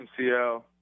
MCL